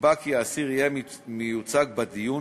נקבע כי האסיר יהיה מיוצג בדיון,